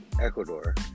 Ecuador